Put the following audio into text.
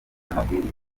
amabwiriza